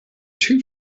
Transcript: two